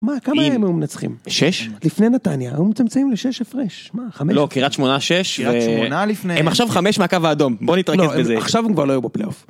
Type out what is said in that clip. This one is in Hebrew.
מה כמה הם היו מנצחים? 6? לפני נתניה, היו מצמצמים לשש הפרש. לא, קריית שמונה שש, קרית שמונה לפני, הם עכשיו 5 מהקו האדום בוא נתרכז בזה עכשיו הם כבר לא יהיה בפלייאוף.